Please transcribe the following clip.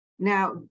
Now